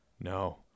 no